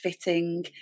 fitting